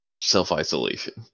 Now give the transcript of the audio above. self-isolation